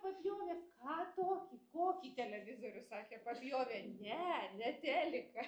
papjovė ką tokį kokį televizorių sakė papjovė ne ne teliką